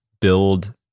build